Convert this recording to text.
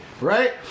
right